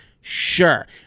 Sure